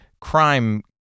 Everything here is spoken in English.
crime